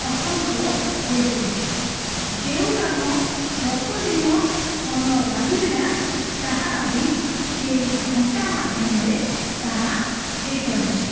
ଅସମ୍ଭବ ହୋଇ ପଡ଼ୁଛି ଯେଉଁ କାମ ଦଶଦିନ ସମୟ ଲାଗୁଥିଲା ତାହା ଆଜି କେଇ ଘଣ୍ଟା ମାଧ୍ୟମରେ ତାହା ହୋଇପାରୁଛି